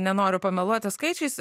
nenoriu pameluoti skaičiais